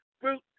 fruit